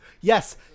Yes